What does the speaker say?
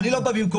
אני לא בא במקומם.